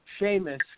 Seamus